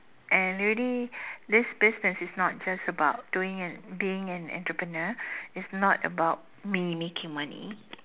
and really this business is not just about doing an being an entrepreneur it's not about me making money